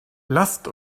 lasst